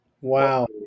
Wow